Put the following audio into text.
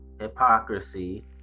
hypocrisy